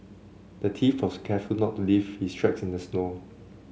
the thief was careful to not leave his tracks in the snow